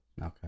Okay